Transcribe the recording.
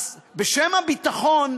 אז בשם הביטחון,